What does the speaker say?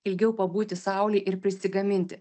ilgiau pabūti saulėj ir prisigaminti